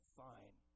fine